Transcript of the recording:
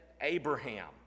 Abraham